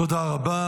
תודה רבה.